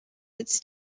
its